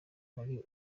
muri